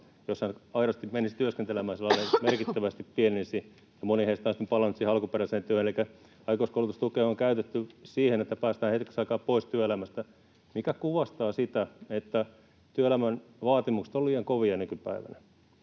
jos hän aidosti menisi sinne työskentelemään, merkittävästi pienenisi, ja moni heistä on sitten palannut siihen alkuperäiseen työhön. Elikkä aikuiskoulutustukea on käytetty siihen, että päästään hetkeksi aikaa pois työelämästä, mikä kuvastaa sitä, että työelämän vaatimukset ovat liian kovia nykypäivänä.